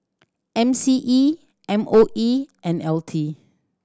M C E M O E and L T